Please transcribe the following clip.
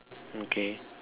okay